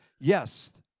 Yes